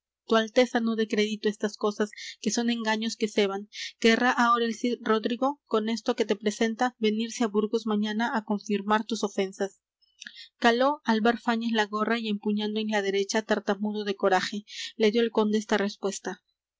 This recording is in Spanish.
no dé crédito á estas cosas que son engaños que ceban querrá ahora el cid rodrigo con esto que te presenta venirse á burgos mañana á confirmar tus ofensas caló álvar fáñez la gorra y empuñando en la derecha tartamudo de coraje le dió al conde esta respuesta